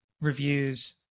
reviews